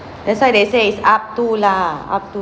that's why they say it's up to lah up to